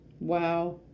Wow